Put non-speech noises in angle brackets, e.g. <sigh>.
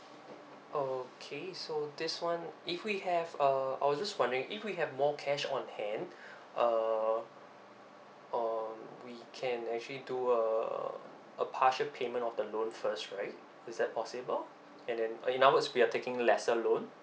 okay so this one if we have uh I was just wondering if we have more cash on hand <breath> uh um we can actually do uh a partial payment of the loan first right is that possible and then in other words we are taking lesser loan